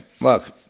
look